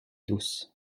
douce